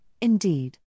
indeed